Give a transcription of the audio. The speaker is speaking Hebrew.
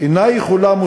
אינה יכולה,